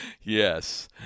Yes